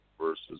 versus